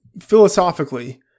Philosophically